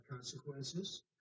Consequences